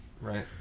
right